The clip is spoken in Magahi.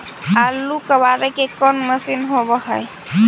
आलू कबाड़े के कोन मशिन होब है?